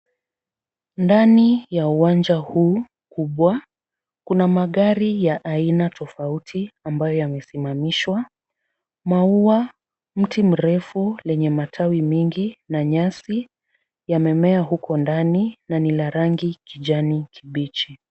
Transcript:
Ndani ya uwanja huu kubwa kuna magari ya aina tofauti ambayo yamesimamishwa. Maua, mti mrefu lenye matawi mingi na nyasi yamemea huko ndani na ni la rangi kijani kibichi.